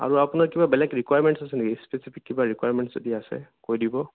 আৰু আপোনাৰ কিবা বেলেগ ৰিকুৱাৰমেণ্টচ আছে নেকি স্পেচিফিক কিবা ৰিকুৱাৰমেণ্টচ যদি আছে কৈ দিব